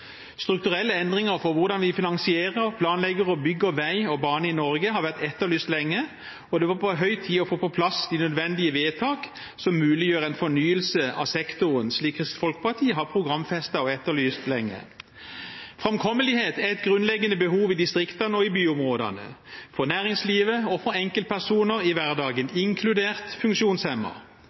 Strukturelle endringer for hvordan vi finansierer, planlegger og bygger vei og bane i Norge har vært etterlyst lenge, og det var på høy tid å få på plass de nødvendige vedtak som muliggjør en fornyelse av sektoren, slik Kristelig Folkeparti har programfestet og etterlyst lenge. Framkommelighet er et grunnleggende behov i distriktene og byområdene, for næringslivet og enkeltpersoner i hverdagen, inkludert